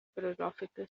philosophical